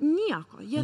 nieko jie